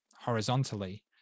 horizontally